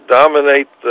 dominate